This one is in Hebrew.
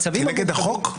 כנגד החוק?